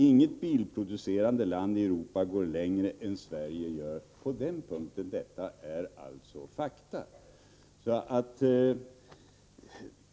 Inget bilproducerande land i Europa går heller längre än vad Sverige gör när det gäller avgasreningen. Det är fakta.